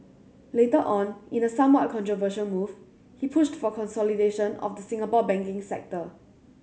later on in a somewhat controversial move he pushed for consolidation of the Singapore banking sector